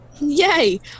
Yay